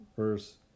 Verse